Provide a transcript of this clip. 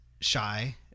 shy